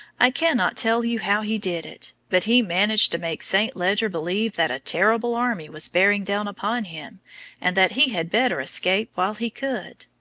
i cannot tell you how he did it but he managed to make st. leger believe that a terrible army was bearing down upon him and that he had better escape while he could.